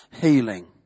healing